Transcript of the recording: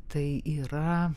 tai yra